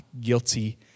guilty